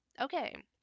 Okay